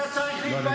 אתה צריך להתבייש לך.